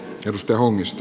just omista